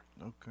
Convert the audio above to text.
Okay